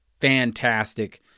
fantastic